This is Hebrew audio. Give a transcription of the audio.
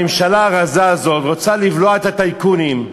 הממשלה הרזה הזאת רוצה לבלוע את הטייקונים,